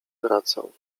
wracał